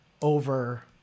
over